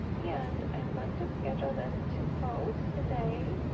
and i'm going to schedule this to post today